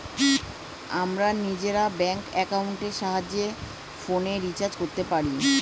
আমরা নিজেরা ব্যাঙ্ক অ্যাকাউন্টের সাহায্যে ফোনের রিচার্জ করতে পারি